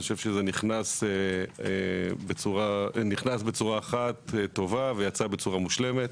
זה נכנס בצורה אחת, טובה, ויצא בצורה מושלמת.